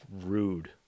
rude